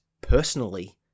personally